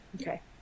Okay